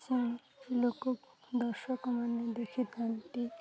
ଯେ ଲୋକ ଦର୍ଶକ ମାନେ ଦେଖିଥାନ୍ତି